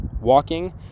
walking